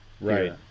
right